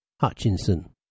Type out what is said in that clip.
Hutchinson